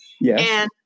Yes